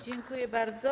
Dziękuję bardzo.